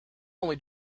only